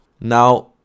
Now